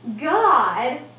God